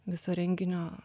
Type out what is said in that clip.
viso renginio